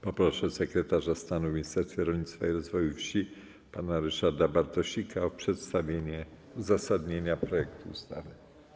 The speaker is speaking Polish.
Poproszę sekretarza stanu w Ministerstwie Rolnictwa i Rozwoju Wsi pana Ryszarda Bartosika o przedstawienie uzasadnienia projektu ustawy.